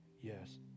yes